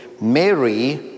Mary